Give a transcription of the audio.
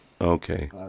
Okay